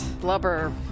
Blubber